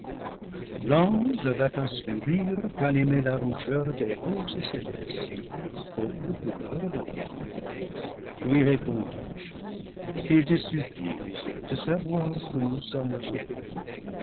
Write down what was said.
avec un sourire qu'animait la rougeur des roses célestes propre couleur de l'amour lui répondit qu'il te suffise de savoir que nous sommes heureux